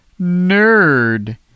nerd